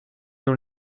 dans